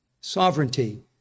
Sovereignty